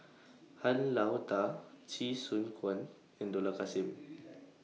Han Lao DA Chee Soon Juan and Dollah Kassim